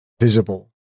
visible